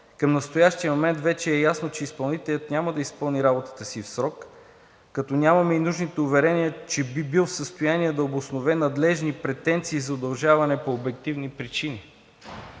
Към настоящия момент вече е ясно, че изпълнителят няма да изпълни работата си в срок, като нямаме и нужните уверения, че би бил в състояние да обоснове надлежни претенции за удължаване по обективни причини.